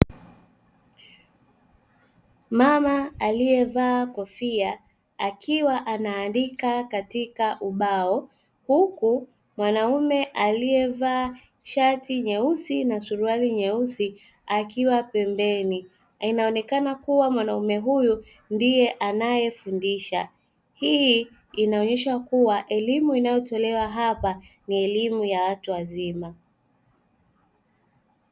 Mama aliyevaa kofia akiwa anaandika katika ubao, huku mwanaume aliyevaa shati nyeusi na suruali nyeusi akiwa pembeni; inaonekana kuwa mwanaume huyu ndiye anayefundisha. Hii inaonyesha kuwa elimu inayotolewa hapa ni elimu ya watu wazima.